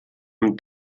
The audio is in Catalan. amb